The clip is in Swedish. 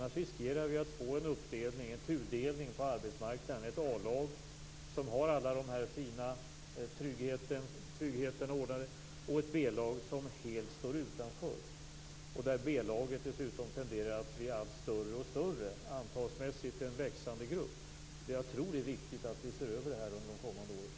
Vi riskerar annars att det blir en tudelning på arbetsmarknaden, dvs. ett A-lag som har den fina tryggheten ordnad och ett B-lag som helt står utanför. B-laget tenderar dessutom att bli allt större och större - en antalsmässigt växande grupp. Jag tror att det är viktigt att vi ser över detta under de kommande åren.